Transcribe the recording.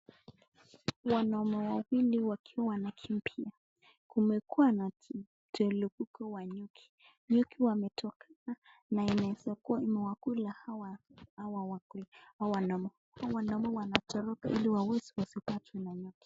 Wanaume wawili wakiwa wanakimbia. Kumekuwa na televuko wa nyuki. Nyuki wametokana na inaweza kuwa imewakula hawa wanaume. Hawa wanaume wanatoroka ili waweze wasipatwe na nyuki.